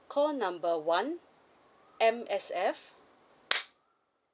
call number one M_S_F